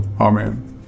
Amen